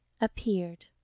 appeared